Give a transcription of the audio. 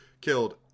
killed